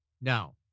Now